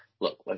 look